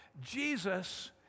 Jesus